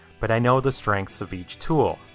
but i know the strengths of each tool,